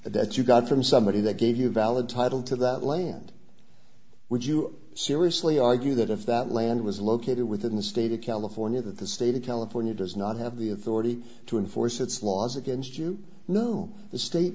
debt you got from somebody that gave you a valid title to that land would you seriously argue that if that land was located within the state of california that the state of california does not have the authority to enforce its laws against you know the state